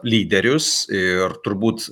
lyderius ir turbūt